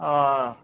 ଅ